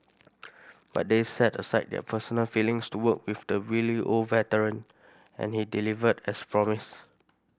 but they set aside their personal feelings to work with the wily old veteran and he delivered as promised